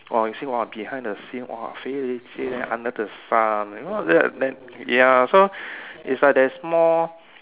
!whoa! you see !whoa! behind the scene !whoa! very leceh ah under the sun you know then then ya so it's like there's more